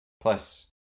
Plus